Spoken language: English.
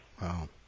Wow